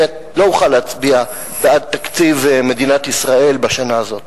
אני לא אוכל להצביע בעד תקציב מדינת ישראל בשנה הזאת.